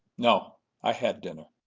no i had dinner.